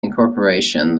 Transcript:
incorporation